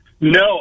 No